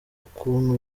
ukuntu